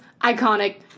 iconic